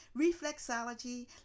reflexology